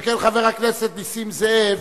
שכן חבר הכנסת נסים זאב,